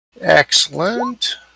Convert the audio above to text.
Excellent